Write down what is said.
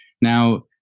now